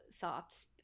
thoughts